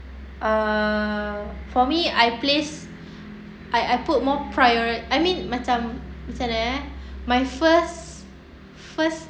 uh for me I place I I put more priori~ I mean macam macam mana eh my first first